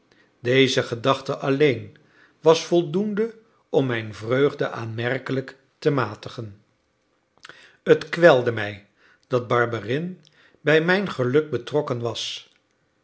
deze gedachte alleen was voldoende om mijn vreugde aanmerkelijk te matigen het kwelde mij dat barberin bij mijn geluk betrokken was